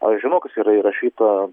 aš žinau kas yra įrašyta